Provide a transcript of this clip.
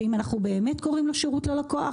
שאם אנחנו באמת קוראים לו "שירות ללקוח",